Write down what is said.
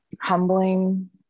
Humbling